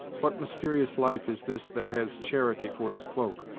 what mysterious life is this that has charity for its cloak,